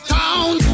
town